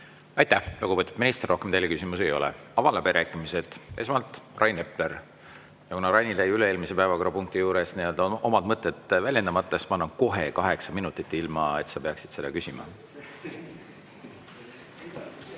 Aitäh, lugupeetud minister! Rohkem teile küsimusi ei ole. Avan läbirääkimised. Esmalt Rain Epler. Ja kuna Rainil jäid üle-eelmise päevakorrapunkti juures omad mõtted väljendamata, siis ma annan kohe kaheksa minutit, ilma et sa peaksid seda küsima.